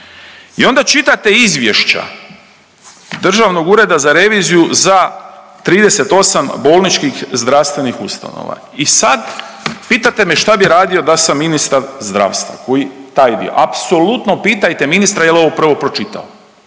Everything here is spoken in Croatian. i onda čitate izvješća Državnog ureda za reviziju za 38 bolničkih zdravstvenih ustanova i sad pitate me šta bi radio da sam ministar zdravstva koji taj dio, apsolutno pitajte ministra jel ovo prvo pročitao